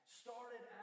started